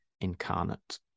incarnate